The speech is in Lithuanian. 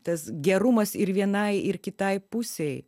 tas gerumas ir vienai ir kitai pusei